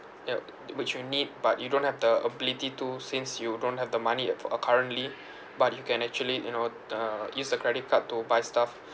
yup which you need but you don't have the ability to since you don't have the money uh for uh currently but you can actually you know uh use the credit card to buy stuff